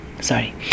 Sorry